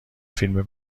فیلم